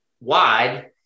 wide